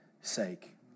sake